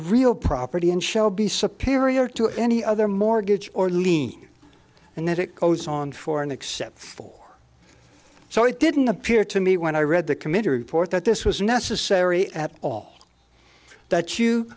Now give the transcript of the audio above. real property in shelby sapir e or to any other mortgage or lien and that it goes on for and except for so it didn't appear to me when i read the committee report that this was necessary at all that you